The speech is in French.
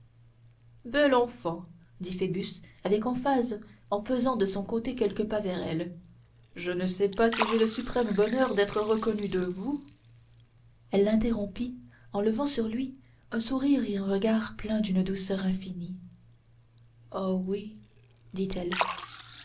belle enfant dit phoebus avec emphase en faisant de son côté quelques pas vers elle je ne sais si j'ai le suprême bonheur d'être reconnu de vous elle l'interrompit en levant sur lui un sourire et un regard pleins d'une douceur infinie oh oui dit-elle